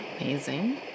amazing